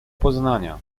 poznania